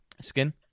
Skin